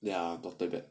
ya totally